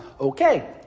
okay